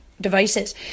devices